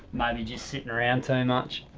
maybe just sitting around to and much,